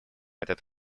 этот